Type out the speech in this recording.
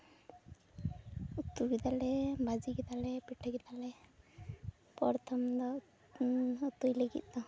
ᱩᱛᱩ ᱠᱮᱫᱟᱞᱮ ᱵᱷᱟᱹᱡᱤ ᱠᱮᱫᱟᱞᱮ ᱯᱤᱴᱷᱟᱹ ᱠᱮᱫᱟᱞᱮ ᱯᱚᱨᱛᱷᱚᱢ ᱫᱚ ᱩᱛᱩᱭ ᱞᱟᱹᱜᱤᱫ ᱫᱚ